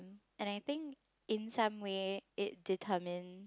and I think in some way it determines